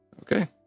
Okay